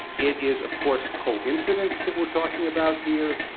it is, of course, coincidence that we're talking about here.